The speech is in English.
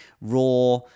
raw